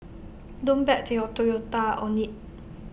don't bet your Toyota on IT